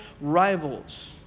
rivals